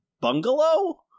bungalow